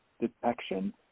detection